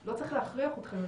לא צריך להכריח אתכם,